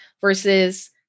versus